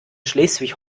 schleswig